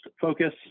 focus